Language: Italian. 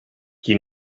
chi